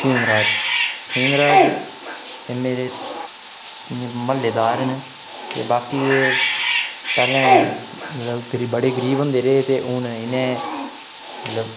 खेमराज खेमराज एह् मेर इ'यां म्हल्लेदार न ते बाकी एह् पैह्लें बड़े गरीब होंदे रेह् ते हून इ'नें